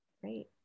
Great